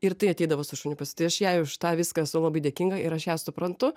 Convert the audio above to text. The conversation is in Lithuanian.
ir tai ateidavo su šuniu pasipirš jei už tą viską esu labai dėkinga ir aš ją suprantu